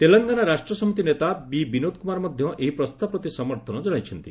ତେଲଙ୍ଗାନା ରାଷ୍ଟ୍ରସମିତି ନେତା ବି ବିନୋଦ କୂମାର ମଧ୍ୟ ଏହି ପ୍ରସ୍ତାବ ପ୍ରତି ସମର୍ଥନ ଜଣାଇଛନ୍ତି